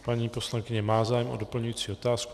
Paní poslankyně má zájem o doplňující otázku.